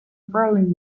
berlin